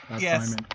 yes